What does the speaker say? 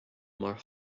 mar